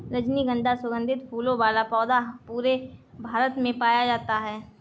रजनीगन्धा सुगन्धित फूलों वाला पौधा पूरे भारत में पाया जाता है